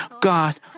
God